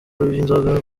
y’inzoga